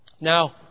Now